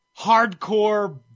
hardcore